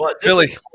Philly